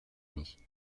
nicht